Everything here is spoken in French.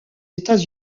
états